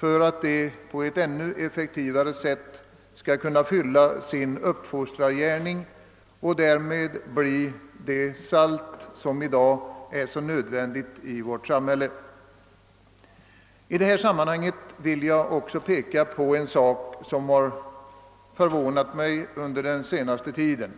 för att de på ett ännu effektivare sätt än nu skall kunna utföra sin uppfostrargärning och därmed bli det salt som i dag är så nödvändigt i vårt samhälle. I detta sammanhang vill jag också peka på en sak som har förvånat mig under den senaste tiden.